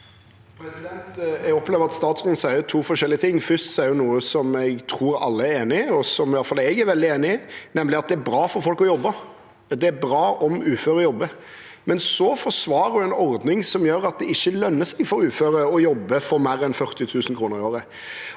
Jeg opplever at statsråden sier to forskjellige ting. Først sier hun noe som jeg tror alle er enig i, og som iallfall jeg er veldig enig i, nemlig at det er bra for folk å jobbe, og det er bra om uføre jobber. Men så forsvarer hun en ordning som gjør at det ikke lønner seg for uføre å jobbe for mer enn 40 000 kr i året.